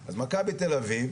אז מכבי תל אביב,